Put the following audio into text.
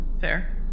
Fair